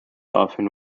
often